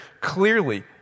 clearly